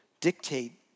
dictate